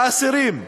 האסירים,